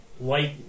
light